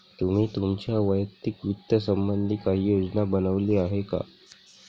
तुम्ही तुमच्या वैयक्तिक वित्त संबंधी काही योजना बनवली आहे का?